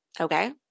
okay